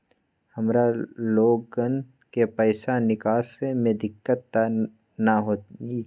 हमार लोगन के पैसा निकास में दिक्कत त न होई?